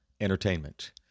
entertainment